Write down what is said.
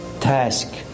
task